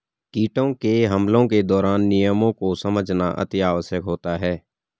कीटों के हमलों के दौरान नियमों को समझना अति आवश्यक होता है